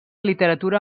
literatura